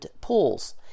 pools